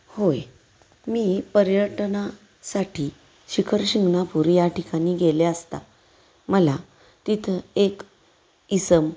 होय मी पर्यटनासाठी शिखर शिंगणापूर या ठिकाणी गेले असता मला तिथं एक इसम